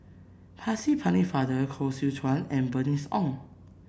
Percy Pennefather Koh Seow Chuan and Bernice Ong